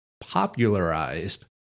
popularized